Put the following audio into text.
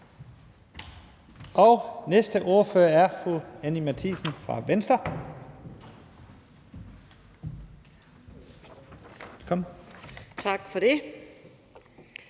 Næste ordfører er fru Anni Matthiesen fra Venstre. Velkommen.